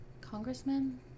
congressman